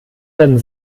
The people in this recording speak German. werden